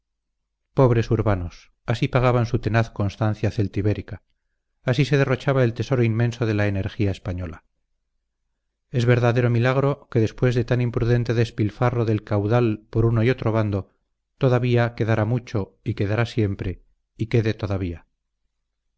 pobres urbanos así pagaban su tenaz constancia celtibérica así se derrochaba el tesoro inmenso de la energía española es verdadero milagro que después de tan imprudente despilfarro del caudal por uno y otro bando todavía quedara mucho y quedará siempre y quede todavía